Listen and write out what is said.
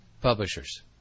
Publishers